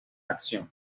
acción